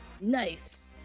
Nice